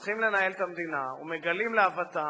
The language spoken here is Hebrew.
צריכים לנהל את המדינה ומגלים להוותם